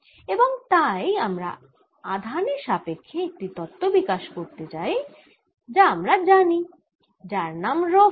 এবং তাই আমরা আধানের সাপেক্ষ্যে একটি তত্ত্ব বিকাশ করতে চাই যা আমরা জানি যার নাম রো ফ্রী